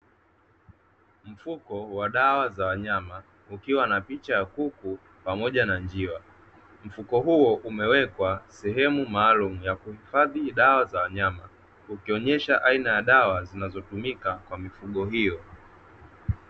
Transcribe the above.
Mfuko wa dawa za wanyama ukiwa na picha ya kuku pamoja na njiwa, mfuko huo umewekwa sehemu maalum ya kuhifadhi dawa za wanyama ukionyesha aina ya dawa zinazotumika kwa mifugo hiyo.